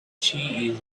she